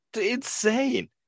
Insane